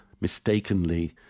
mistakenly